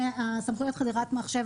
סמכויות חדירת מחשב,